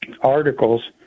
articles